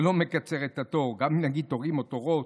זה לא מקצר את התור גם אם נגיד "תורים" או "תורות",